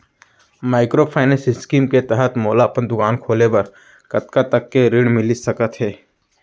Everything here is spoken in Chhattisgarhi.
माइक्रोफाइनेंस स्कीम के तहत मोला अपन दुकान खोले बर कतना तक के ऋण मिलिस सकत हे?